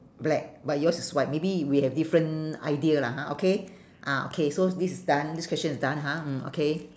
black but yours is white maybe we have different idea lah ha okay ah okay so this is done this question is done ha mm okay